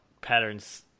patterns